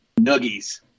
nuggies